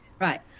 Right